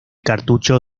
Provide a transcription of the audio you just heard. cartucho